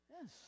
Yes